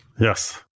Yes